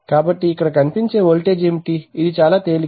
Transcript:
కాబట్టి ఇక్కడ కనిపించే వోల్టేజ్ ఏమిటి ఇది చాలా తేలిక